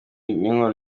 n’inkuru